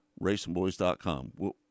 RacingBoys.com